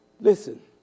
Listen